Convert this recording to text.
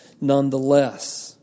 nonetheless